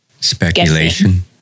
Speculation